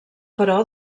però